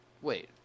wait